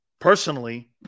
Personally